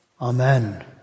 Amen